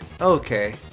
okay